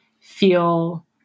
feel